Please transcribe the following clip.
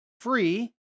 free